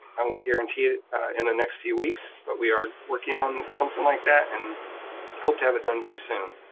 i won't guarantee it in the next few weeks, but we are working on something like that and hope to have it done very soon.